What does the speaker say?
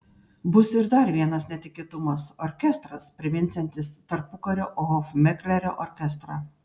bus ir dar vienas netikėtumas orkestras priminsiantis tarpukario hofmeklerio orkestrą